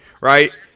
right